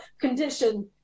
condition